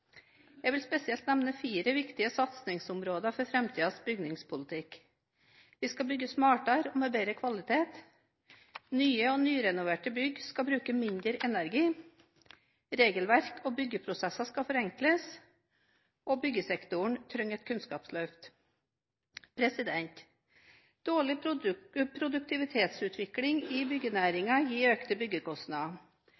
Jeg vil spesielt nevne fire viktige satsingsområder for framtidens bygningspolitikk: Vi skal bygge smartere og med bedre kvalitet. Nye og nyrenoverte bygg skal bruke mindre energi. Regelverk og byggeprosesser skal forenkles. Byggesektoren trenger et kunnskapsløft. Dårlig produktivitetsutvikling i